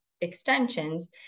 extensions